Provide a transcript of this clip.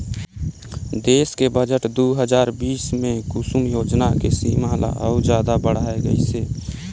देस के बजट दू हजार बीस मे कुसुम योजना के सीमा ल अउ जादा बढाए गइसे